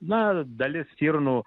na dalis stirnų